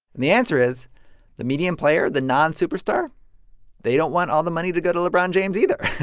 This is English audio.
and the answer is the median player the non-superstar they don't want all the money to go to lebron james either.